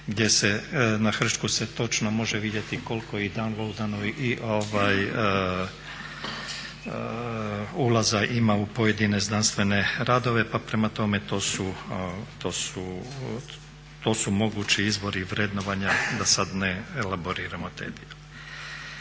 gdje se na hrčku se točno može vidjeti koliko je downloadano i ulaza ima u pojedine znanstvene radove. Pa prema tome to su mogući izbori i vrednovanja da sad ne elaboriram taj